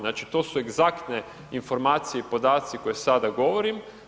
Znači to su egzaktne informacije i podaci koje sada govorim.